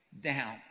down